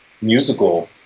musical